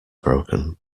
broken